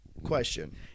question